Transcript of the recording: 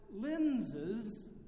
lenses